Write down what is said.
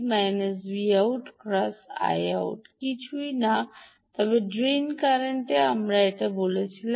−Vout ×Iout কিছুই না তবে ড্রেন কারেন্টকে আমরা এটি বলেছিলাম